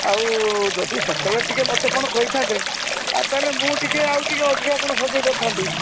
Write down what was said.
ଆଉ ଯଦି ସେତେବେଳେ ଟିକେ ମୋତେ କ'ଣ କହିଥାନ୍ତେ ଆଉ ତାହେଲେ ମୁଁ ଟିକେ ଆଉ ଟିକେ ଅଧିକା କ'ଣ ସଜେଇ ପାରିଥାନ୍ତି